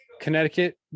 Connecticut